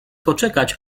poczekać